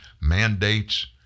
mandates